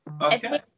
Okay